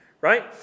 right